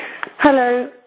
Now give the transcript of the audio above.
Hello